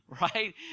right